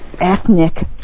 ethnic